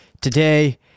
today